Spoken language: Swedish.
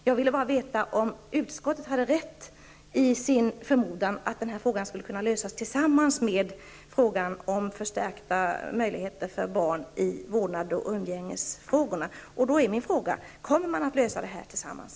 Jag ville bara veta om utskottet hade rätt i sin förmodan att denna fråga skulle kunna lösas tillsammans med frågan om förstärkta möjligheter för barn i vårdnads och umgängesfrågorna. Min fråga är alltså: Kommer man att lösa dessa frågor tillsammans?